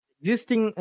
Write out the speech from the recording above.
existing